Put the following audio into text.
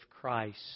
Christ